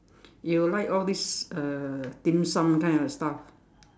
you like all these uh dim-sum kind of stuff